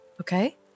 Okay